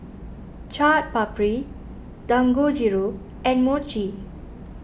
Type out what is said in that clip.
Chaat Papri Dangojiru and Mochi